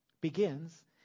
begins